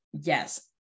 yes